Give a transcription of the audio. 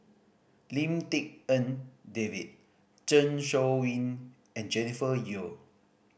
Lim Tik En David Zeng Shouyin and Jennifer Yeo